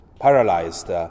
paralyzed